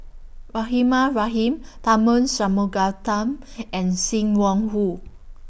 Rahimah Rahim Tharman Shanmugaratnam and SIM Wong Hoo